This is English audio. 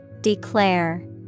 Declare